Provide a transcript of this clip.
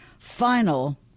Final